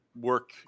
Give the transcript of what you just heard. work